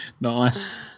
Nice